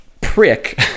prick